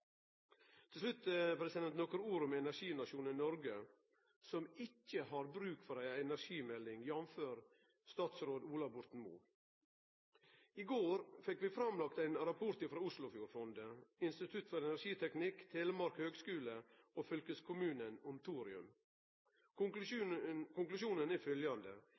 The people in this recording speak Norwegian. Til slutt nokre ord om energinasjonen Noreg, som ikkje har bruk for ei energimelding, jamfør statsråd Ola Borten Moe. I går fekk vi lagt fram ein rapport frå Oslofjordfondet, Institutt for energiteknikk, Høgskolen i Telemark og fylkeskommunen om thorium. Konklusjonen er følgjande: